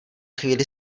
chvíli